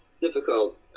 difficult